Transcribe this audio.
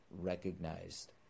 recognized